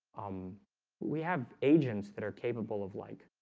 um we have agents that are capable of like